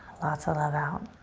lots of love out.